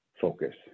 focus